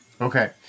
Okay